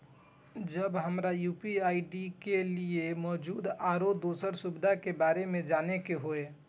जब हमरा यू.पी.आई के लिये मौजूद आरो दोसर सुविधा के बारे में जाने के होय?